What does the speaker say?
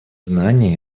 знания